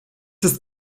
ist